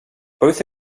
both